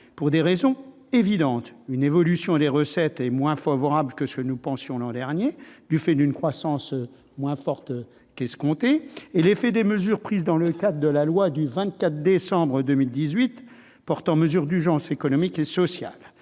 pour des raisons évidentes : une évolution des recettes moins favorable que ce que nous pensions l'an dernier du fait d'une croissance moins forte qu'escompté, et l'effet des mesures prises dans le cadre de la loi du 24 décembre 2018 portant mesures d'urgence économiques et sociales.